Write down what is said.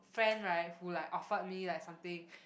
friend right who like offered me like something